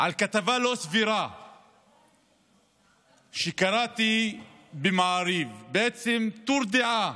על כתבה לא סבירה שקראתי במעריב, בעצם טור דעה